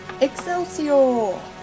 Excelsior